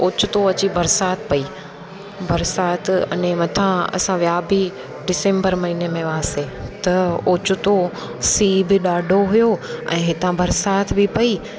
ओचितो अची बरसाति पई बरसाति अने मथां असां विया बि डिसैम्बर महीने में वियासीं त ओचितो सीउ बि ॾाढो हुओ ऐं हितां बरसाति बि पई